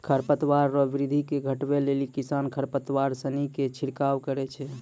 खरपतवार रो वृद्धि के घटबै लेली किसान खरपतवारनाशी के छिड़काव करै छै